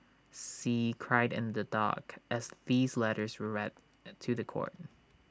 see cried in the dock as these letters were read to The Court